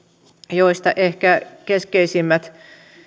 joista ehkä keskeisimmät ovat